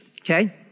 Okay